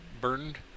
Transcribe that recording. burned